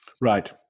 Right